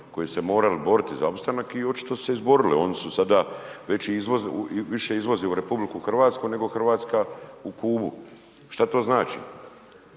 koji su se morali boriti za opstanak i očito su se izborili, oni su sada već, više izvoze u RH, nego RH u Kubu. Šta to znači?